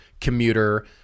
commuter